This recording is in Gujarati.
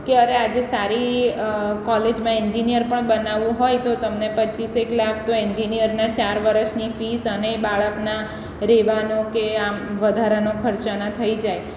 કે અરે આજે સારી કોલેજમાં એન્જિન્યર પણ બનાવવું હોય તો તમને પચીસેક લાખ તો એન્જિન્યરના ચાર વરસની ફિસ અને બાળકના રહેવાનો કે આમ વધારાનો ખર્ચના થઈ જાય